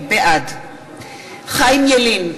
בעד חיים ילין,